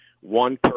one